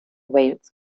wales